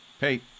Hey